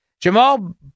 Jamal